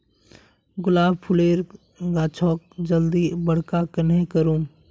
गुलाब फूलेर गाछोक जल्दी बड़का कन्हे करूम?